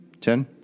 Ten